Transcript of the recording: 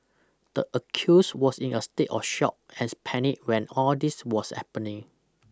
the accused was in a state of shock as panic when all this was happening